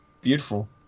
Beautiful